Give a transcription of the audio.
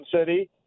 City